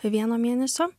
vieno mėnesio